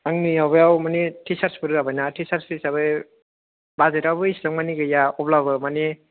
आंनि आव बियाव टीचार्सफोर जाबाय ना टीचार्स हिसाबै बाजेटआबो एसेबां गैया अब्लाबो माने